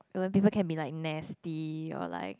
well people can be like nasty or like